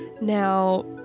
Now